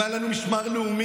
אם היה לנו משמר לאומי,